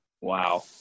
Wow